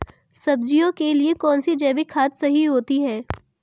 सब्जियों के लिए कौन सी जैविक खाद सही होती है?